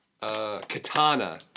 Katana